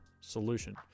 Solution